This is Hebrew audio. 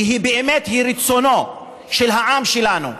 כי היא רצונו של העם שלנו,